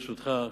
ברשותך,